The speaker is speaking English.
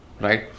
right